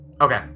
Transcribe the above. Okay